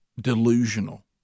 delusional